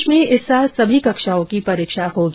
प्रदेश में इस साल सभी कक्षाओं की परीक्षा होगी